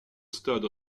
stade